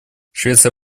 швеция